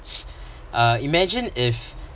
uh imagine if